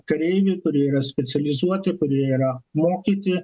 kareiviai kurie yra specializuoti kurie yra mokyti